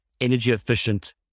energy-efficient